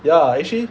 ya actually